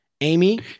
Amy